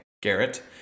Garrett